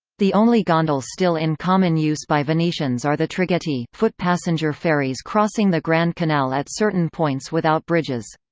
the only gondole still in common use by venetians are the traghetti, foot passenger ferries crossing the grand canal at certain points without bridges.